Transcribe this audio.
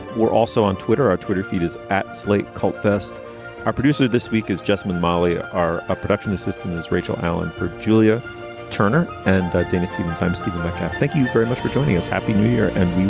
we're also on twitter our twitter feed is at slate. colthurst, our producer this week is jesmyn mali ah are ah production assistant is rachel allen for julia turner and dynasty. times. but yeah thank you very much for joining us. happy new year. and